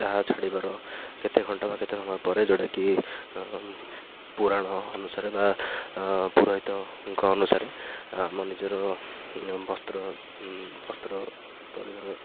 ତାହା ଛାଡ଼ିବାର କେତେ ଘଣ୍ଟା ବା କେତେ ସମୟ ପରେ ଯୋଉଟାକି ପୁରାଣ ଅନୁସାରେ ବା ପୁରୋହିତଙ୍କ ଅନୁସାରେ ଆମ ନିଜର ବସ୍ତ୍ର ବସ୍ତ୍ର